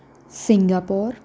Singapore